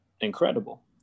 incredible